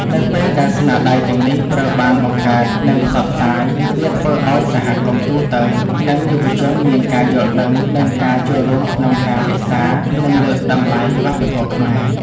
នៅពេលដែលស្នាដៃទាំងនេះត្រូវបានបង្កើត និងផ្សព្វផ្សាយ វាធ្វើឲ្យសហគមន៍ទូទៅ និងយុវជនមានការយល់ដឹង និងការចូលរួមក្នុងការរក្សា និងលើកតម្លៃវប្បធម៌ខ្មែរ។